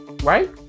Right